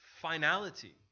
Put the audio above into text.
finality